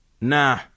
nah